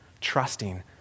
trusting